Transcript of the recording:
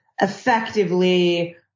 Effectively